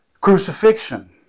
Crucifixion